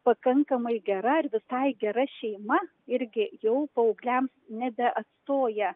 pakankamai gera ir visai gera šeima irgi jau paaugliams nebeatstoja